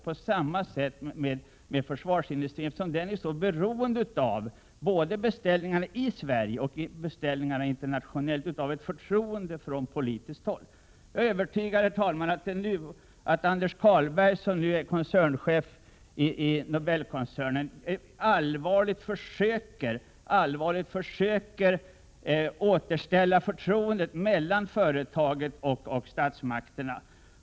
Det är på samma sätt med försvarsmaterielindustrin, eftersom den för beställningarna både från Sverige och från utlandet är så beroende av förtroende från politiska instanser. Herr talman! Jag är övertygad om att Anders Carlberg, som nu är koncernchef i Nobelkoncernen, allvarligt försöker återställa förtroendet mellan företaget och statsmakterna.